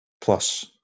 plus